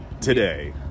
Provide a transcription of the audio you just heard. today